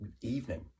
evening